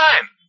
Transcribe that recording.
time